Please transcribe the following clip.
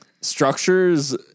structures